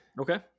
okay